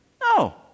no